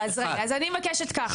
אז אני אומרת ככה,